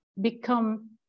become